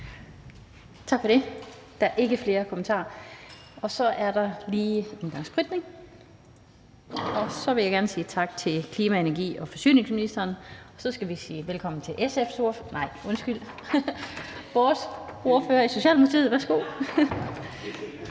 Tak for det. Der er ikke flere kommentarer, så jeg vil gerne sige tak til klima-, energi- og forsyningsministeren. Så skal vi sige velkommen til SF's ordfører. Nej, undskyld, det er vores ordfører i Socialdemokratiet. Værsgo,